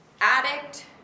addict